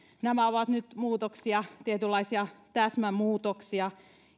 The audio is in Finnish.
nämä ovat nyt muutoksia tietynlaisia täsmämuutoksia